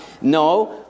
No